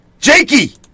Jakey